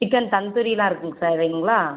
chicken தந்த்தூரியெலாம் இருக்குதுங்க sir வேணுங்களா